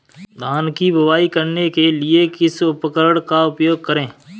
धान की बुवाई करने के लिए किस उपकरण का उपयोग करें?